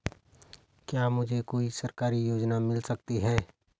क्या मुझे कोई सरकारी योजना मिल सकती है?